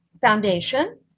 foundation